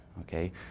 okay